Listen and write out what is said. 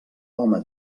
home